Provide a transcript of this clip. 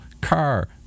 car